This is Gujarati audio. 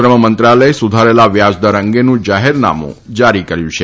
શ્રમ મંત્રાલયે સુધારેલા વ્યાજદર અંગેનું જાફેરનામું જારી કર્યું છે